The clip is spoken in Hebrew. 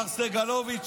מר סגלוביץ',